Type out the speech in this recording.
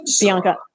Bianca